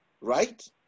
right